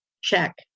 check